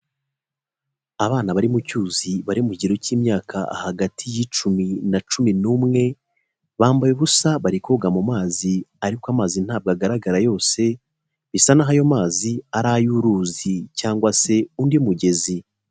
Abana bari mu cyuzi bari mu kigero cy'imyaka hagati y'icumi na cumi n'umwe, bambaye ubusa bari koga mu mazi ariko amazi ntabwo agaragara yose, bisa naho ayo mazi ari ay'uruzi cyangwa se undi mugezi.